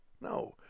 no